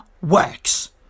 works